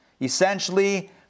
essentially